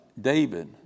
David